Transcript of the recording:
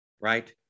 right